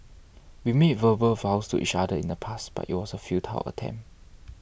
we made verbal vows to each other in the past but it was a futile attempt